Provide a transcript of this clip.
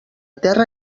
terra